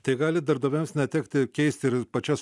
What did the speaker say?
tai gali darbdaviams net tekti keisti ir pačias